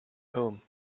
home